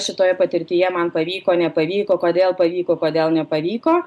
šitoje patirtyje man pavyko nepavyko kodėl pavyko kodėl nepavyko